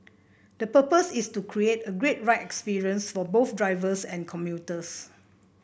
the purpose is to create a great ride experience for both drivers and commuters